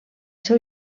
seu